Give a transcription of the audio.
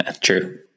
true